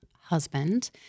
husband